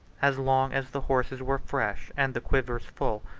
as long as the horses were fresh, and the quivers full,